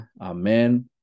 Amen